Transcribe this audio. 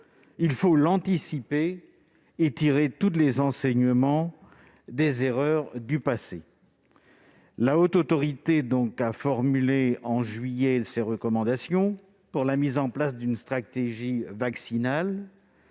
il faut anticiper en tirant tous les enseignements des erreurs du passé. La Haute Autorité de santé a formulé, en juillet, ses recommandations pour la mise en place d'une stratégie vaccinale.